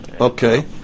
Okay